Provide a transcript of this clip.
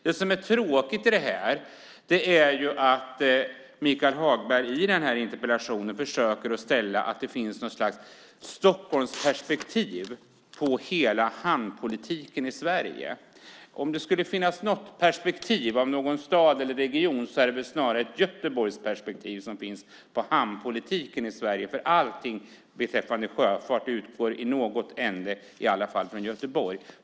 Det som är tråkigt är att Michael Hagberg i den här interpellationen försöker hävda att det finns något slags Stockholmsperspektiv på hela hamnpolitiken i Sverige. Om det skulle finnas ett perspektiv när det gäller någon stad eller region är det väl snarare ett Göteborgsperspektiv som finns på hamnpolitiken i Sverige. Allting beträffande sjöfart utgår i alla fall från Göteborg.